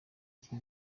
iki